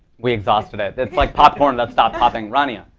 we exhausted it. it's like popcorn that stopping popping. rania.